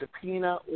subpoena